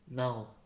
now